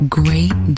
great